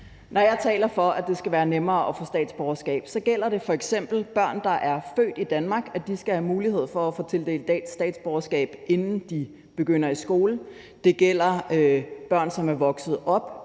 Når jeg taler for, at det skal være nemmere at få statsborgerskab, gælder det f.eks. børn, der er født i Danmark; de skal have mulighed for at få tildelt statsborgerskab, inden de begynder i skole. Det gælder børn, som er vokset op